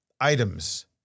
items